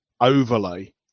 overlay